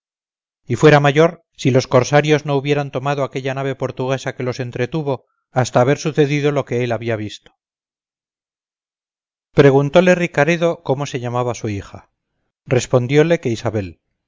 y fuera mayor si los corsarios no hubieran tomado aquella nave portuguesa que los entretuvo hasta haber sucedido lo que él había visto preguntóle ricaredo cómo se llamaba su hija respondióle que isabel